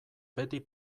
beti